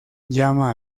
llama